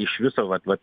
iš viso vat vat